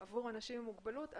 עבור אנשים עם מוגבלות.